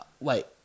wait